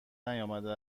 نیامده